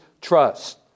trust